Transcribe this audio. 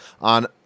on